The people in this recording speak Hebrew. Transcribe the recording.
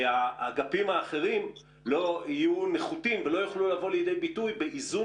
שהאגפים האחרים יהיו נחותים ולא יוכלו להיות באיזון